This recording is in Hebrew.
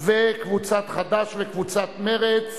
קבוצת חד"ש וקבוצת מרצ,